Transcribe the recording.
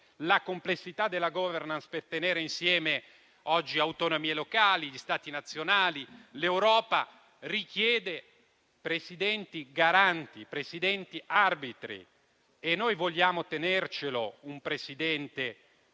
la complessità della *governance* per tenere insieme autonomie locali e Stati nazionali. L'Europa richiede presidenti garanti e arbitri e noi vogliamo tenerci un Presidente